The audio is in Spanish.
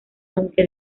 aunque